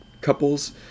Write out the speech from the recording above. couples